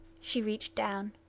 she reached down,